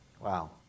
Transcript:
Wow